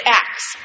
acts